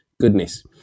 goodness